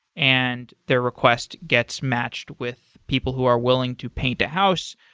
and their request gets matched with people who are willing to paint the house.